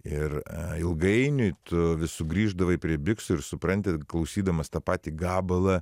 ir ilgainiui tu vis sugrįždavai prie biksų ir supranti klausydamas tą patį gabalą